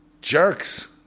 jerks